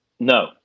No